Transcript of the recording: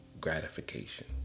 gratification